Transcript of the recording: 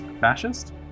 fascist